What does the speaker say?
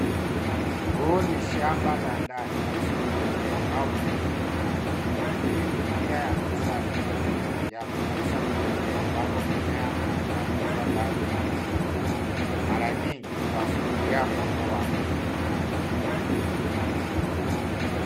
Huu ni shamba la ndani au hydroponic .Hii ni njia ya kisasa ya kukuza kilimo ambapo mimea inakuzwa ndani ya majengo mara nyingi kwa kutumua mfumo wa hydroponic .